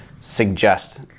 suggest